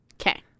Okay